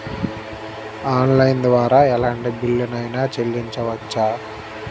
Online ద్వారా ఎటువంటి bill అయినా చెల్లించవచ్చా?